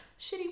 Shitty